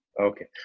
Okay